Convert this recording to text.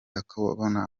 akabona